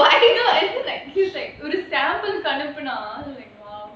no as in like he's like ஒரு:oru sample அனுப்புனா:anupunaa